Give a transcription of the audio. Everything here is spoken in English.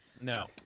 No